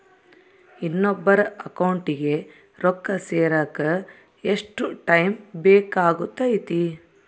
ಇನ್ನೊಬ್ಬರ ಅಕೌಂಟಿಗೆ ರೊಕ್ಕ ಸೇರಕ ಎಷ್ಟು ಟೈಮ್ ಬೇಕಾಗುತೈತಿ?